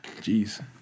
Jeez